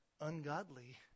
ungodly